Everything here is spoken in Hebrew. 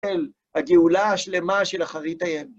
אל הגאולה השלמה של אחרית ה...